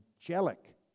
angelic